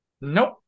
Nope